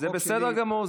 זה בסדר גמור,